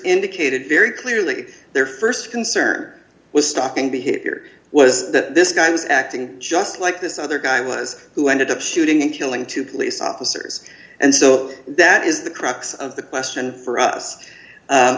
indicated very clearly their st concern was stalking behavior was that this guy was acting just like this other guy was who ended up shooting and killing two police officers and so that is the crux of the question for us